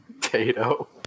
Tato